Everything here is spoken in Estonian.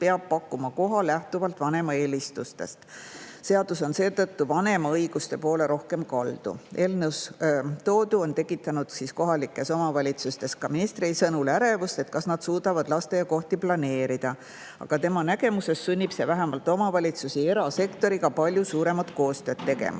peab pakkuma koha lähtuvalt vanema eelistustest. Seadus on seetõttu rohkem kaldu vanema õiguste poole. Eelnõus toodu on tekitanud kohalikes omavalitsustes ka ministri sõnul ärevust, kas nad suudavad lasteaiakohti planeerida. Aga tema nägemuses sunnib see vähemalt omavalitsusi erasektoriga palju suuremat koostööd tegema.